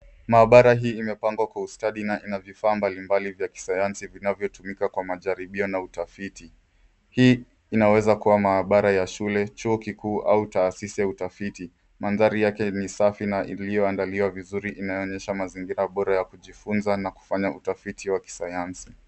Maabara imepangwa kwa ustadhi na vifaa mbalimbali vya kisayansi vinavyotumika kwa majaribio na utafiti. Hii inaweza kuwa maabara ya shule, chuo kikuu au taasisi ya utafiti. Mandhari yake ni safi na iliyoandaliwa vizuri inayoonyesha mazingira bora ya kujifunza na kufanya utafiti wa kisayansi.